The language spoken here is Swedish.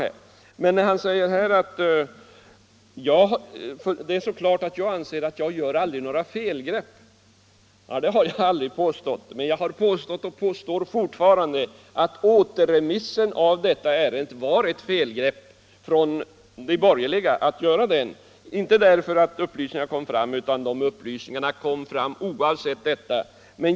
Herr Petersson säger att jag påstår att jag aldrig gör några felgrepp. Det har jag aldrig påstått. Men jag har påstått och påstår fortfarande, att det var ett felgrepp av de borgerliga att återremittera detta ärende till utskottet. De upplysningar som kom fram, kom fram oavsett återremissen.